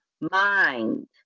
mind